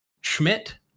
Schmidt